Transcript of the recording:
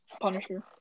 Punisher